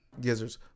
gizzards